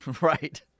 Right